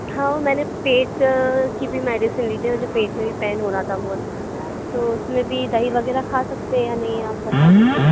हाँ मैंने पेट की भी मेडिसिन ली थी मुझे पेट में भी पेन हो रहा था बहुत तो उसमें भी दही वग़ैरह खा सकते हैं या नहीं आप बता दीजिए